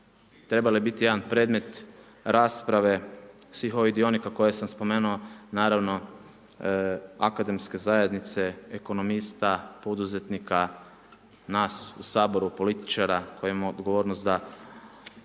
trebale biti jedan predmet rasprave svih ovih dionika koje sam spomenuo, naravno akademske zajednice, ekonomista, poduzetnika, nas u Saboru političara koji imamo odgovornost da